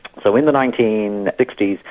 so in the nineteen sixty s,